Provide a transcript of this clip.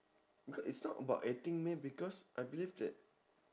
because it's not about acting meh because I believe that